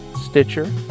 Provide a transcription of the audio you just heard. Stitcher